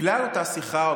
בגלל אותה שיחה,